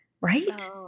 right